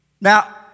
Now